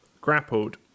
grappled